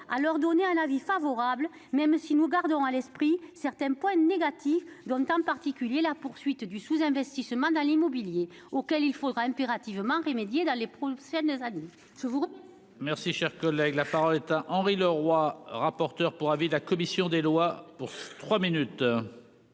à donner un avis favorable sur leur adoption, même si nous gardons à l'esprit certains points négatifs, en particulier la poursuite du sous-investissement dans l'immobilier auquel il faudra impérativement remédier dans les prochaines années.